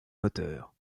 moteurs